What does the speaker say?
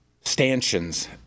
stanchions